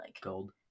gold